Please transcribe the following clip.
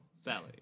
Sally